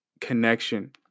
connection